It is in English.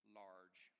large